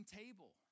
table